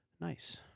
nice